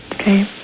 Okay